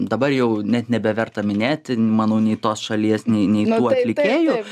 dabar jau net nebeverta minėti manau nei tos šalies nei nei tų atlikėjų